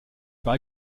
par